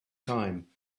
time